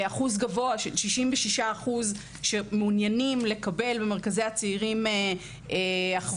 אחוז גבוה של 66% שמעוניינים לקבל במרכזי הצעירים הכוונות,